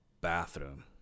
bathroom